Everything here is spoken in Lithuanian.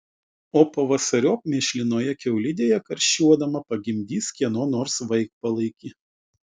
o pavasariop mėšlinoje kiaulidėje karščiuodama pagimdys kieno nors vaikpalaikį